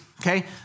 okay